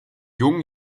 jungen